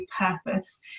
purpose